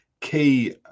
key